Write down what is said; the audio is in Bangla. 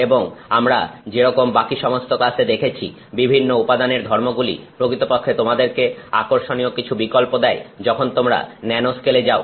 এবং আমরা যে রকম বাকি সমস্ত ক্লাসে দেখেছি বিভিন্ন উপাদানের ধর্মগুলি প্রকৃতপক্ষে তোমাদেরকে আকর্ষণীয় কিছু বিকল্প দেয় যখন তোমরা ন্যানো স্কেলে যাও